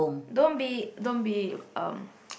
don't be don't be um